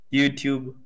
YouTube